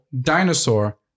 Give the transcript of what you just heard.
dinosaur